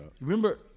Remember